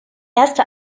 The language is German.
erste